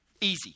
Easy